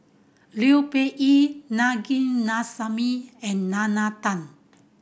Liu Peihe Na Govindasamy and Nalla Tan